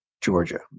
Georgia